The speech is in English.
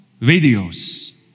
Videos